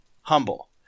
humble